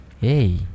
Hey